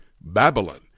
Babylon